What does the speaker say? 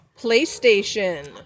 PlayStation